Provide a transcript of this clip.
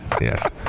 Yes